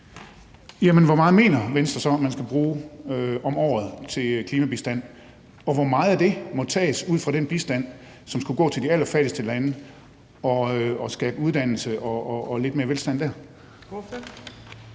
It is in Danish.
hvor meget mener Venstre så at man skal bruge om året til klimabistand? Og hvor meget af det må tages ud fra den bistand, som skulle gå til de allerfattigste lande og skabe uddannelse og lidt mere velstand dér?